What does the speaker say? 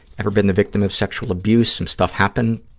ever been the victim of sexual abuse? some stuff happened,